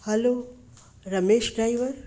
hello Ramesh driver